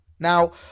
Now